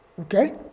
Okay